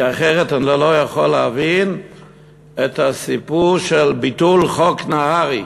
כי אחרת אני לא יכול להבין את הסיפור של ביטול חוק נהרי,